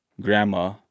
grandma